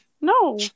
No